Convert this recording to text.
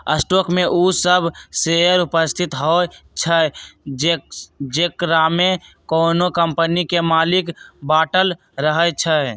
stock में उ सभ शेयर उपस्थित होइ छइ जेकरामे कोनो कम्पनी के मालिक बाटल रहै छइ